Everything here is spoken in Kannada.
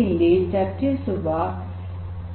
ಇಲ್ಲಿ ನಾವು